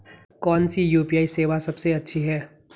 कौन सी यू.पी.आई सेवा सबसे अच्छी है?